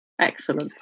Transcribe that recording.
excellent